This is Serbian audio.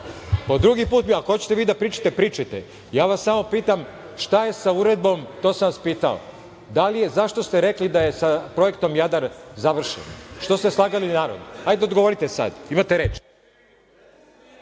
po drugi put. Ako hoćete da pričate vi, pričajte, ja vas samo pitam šta je sa uredbom, to sam vas pitao, da li je i zašto ste rekli da je sa projektom Jadar završeno, što ste slagali narod, ajde odgovorite sada, imate reč.